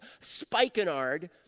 spikenard